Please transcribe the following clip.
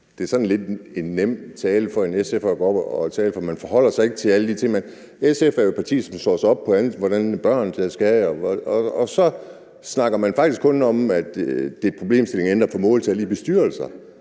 det er sådan en lidt nem tale for en SF'er at gå op og holde, for man forholder sig ikke til flere ting. SF er jo et parti, som slår sig op på, hvordan børn skal have det. Og så snakker man faktisk kun om, at det er et problemstilling at få ændret måltal i bestyrelser.